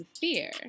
fear